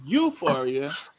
euphoria